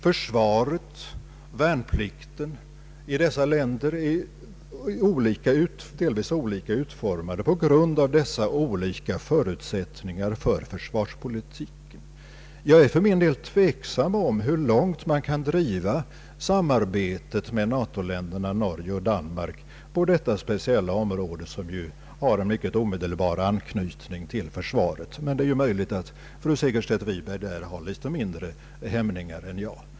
Försvaret och värnplikten i dessa länder är delvis olika utformade på grund av olika förutsättningar för försvarspolitiken. Jag är för min del tveksam om hur långt man kan driva samarbetet med NATO-länderna Norge och Danmark på detta speciella område, som ju har en mycket omedelbar anknytning till försvaret. Men det är möjligt att fru Segerstedt Wiberg därvidlag har litet mindre hämningar än jag.